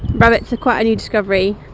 rabbits are quite a new discovery,